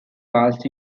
passed